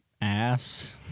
ass